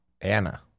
Anna